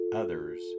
others